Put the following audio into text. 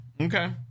okay